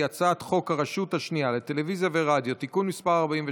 הרשות השנייה לטלוויזיה ורדיו (תיקון מס' 47),